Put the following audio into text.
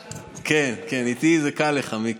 כן, איתי זה קל לך, מיקי.